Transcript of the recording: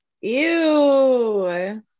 ew